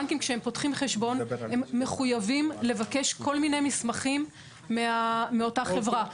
הבנקים כשהם פותחים חשבון הם מחויבים לבקש כל מיני מסמכים מאותה חברה.